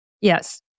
Yes